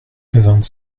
vingt